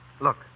Look